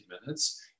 minutes